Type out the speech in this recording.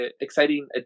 exciting